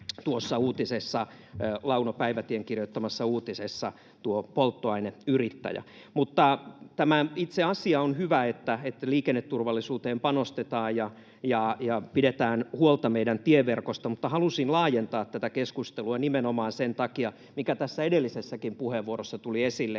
totesi tuossa Launo Päivätien kirjoittamassa uutisessa tuo polttoaineyrittäjä. Tämä itse asia on hyvä, se, että liikenneturvallisuuteen panostetaan ja pidetään huolta meidän tieverkosta, mutta halusin laajentaa tätä keskustelua nimenomaan sen takia, mikä tässä edellisessäkin puheenvuorossa tuli esille,